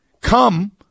come